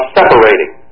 separating